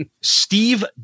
Steve